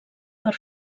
per